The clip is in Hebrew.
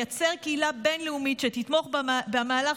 לייצר קהילה בין-לאומית שתתמוך במהלך